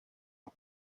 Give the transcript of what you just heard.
and